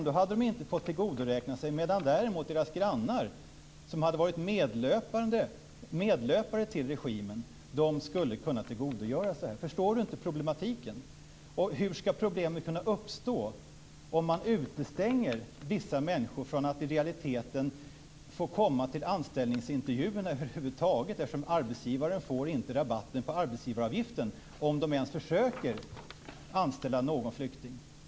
De hade ändå inte fått tillgodoräkna sig reformen, medan däremot deras grannar, som varit medlöpare till regimen, skulle kunna tillgodogöra sig den. Förstår inte Lena Sandlin Hedman problematiken? Hur ska problemet kunna uppstå om man utestänger vissa människor från att i realiteten komma till anställningsintervjuerna över huvud taget, eftersom arbetsgivaren inte får rabatt på arbetsgivaravgiften om han ens försöker anställa någon flykting.